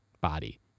body